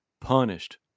punished